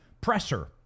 presser